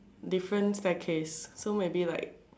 different staircase so maybe like